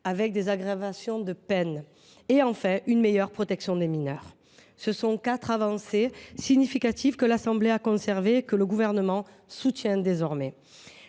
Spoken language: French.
avec des aggravations de peine ; enfin, une meilleure protection des mineurs. Ces quatre avancées significatives, l’Assemblée nationale les a conservées et le Gouvernement les soutient désormais.